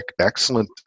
excellent